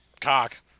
cock